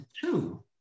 two